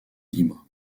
libres